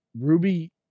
Ruby